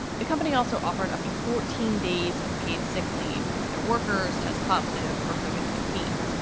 the company also offered up to fourteen days of paid sick leave if their workers test positive for khirbet. nineteen.